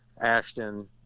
Ashton